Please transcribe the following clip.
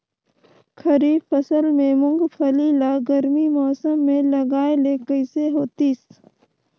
खरीफ फसल के मुंगफली ला गरमी मौसम मे लगाय ले कइसे होतिस?